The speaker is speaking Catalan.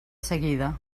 seguida